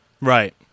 Right